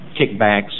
kickbacks